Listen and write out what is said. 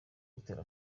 gutera